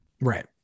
Right